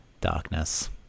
darkness